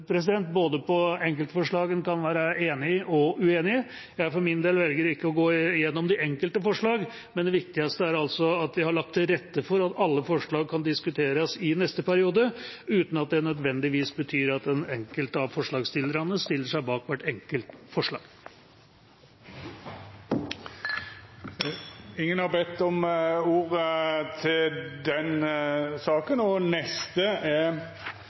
på enkeltforslag en kan være enig i og uenig i. Jeg for min del velger ikke å gå gjennom de enkelte forslagene. Det viktigste er at vi har lagt til rette for at alle forslag kan diskuteres i neste periode, uten at det nødvendigvis betyr at den enkelte av forslagsstillerne stiller seg bak hvert enkelt forslag. Fleire har ikkje bedt om ordet til grunnlovsforslag 11. Dette er en helt annen type sak, som jeg er